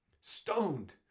Stoned